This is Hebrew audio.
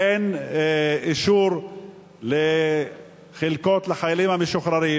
אין אישור לחלקות לחיילים המשוחררים.